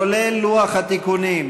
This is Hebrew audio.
כולל לוח התיקונים,